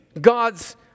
God's